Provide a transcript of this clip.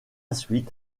suite